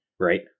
Right